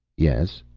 yes,